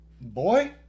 Boy